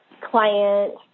client